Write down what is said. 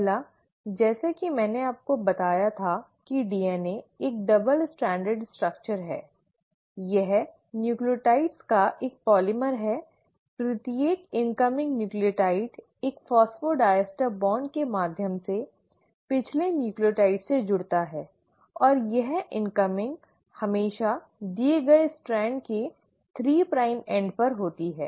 पहला जैसा कि मैंने आपको बताया था कि डीएनए एक डबल स्ट्रैंडेड संरचना है यह न्यूक्लियोटाइड का एक बहुलक है प्रत्येक आने वाले न्यूक्लियोटाइड एक फॉस्फोडाइस्टर बांड के माध्यम से पिछले न्यूक्लियोटाइड से जुड़ता है और यह इनकमिंग हमेशा दिए गए स्ट्रैंड के 3 प्राइम छोर पर होती है